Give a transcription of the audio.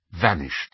vanished